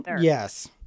yes